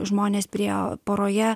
žmonės priėjo poroje